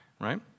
right